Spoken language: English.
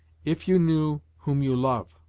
if you knew whom you love!